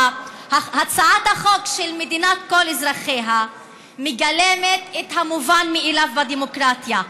הצעת החוק של מדינת כל אזרחיה מגלמת את המובן מאליו בדמוקרטיה,